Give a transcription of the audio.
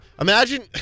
Imagine